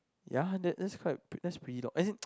ya that that's quite that's pretty long as in